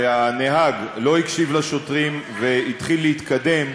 והנהג לא הקשיב לשוטרים והתחיל להתקדם,